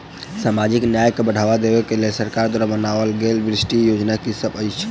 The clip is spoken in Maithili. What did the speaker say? सामाजिक न्याय केँ बढ़ाबा देबा केँ लेल सरकार द्वारा बनावल गेल विशिष्ट योजना की सब अछि?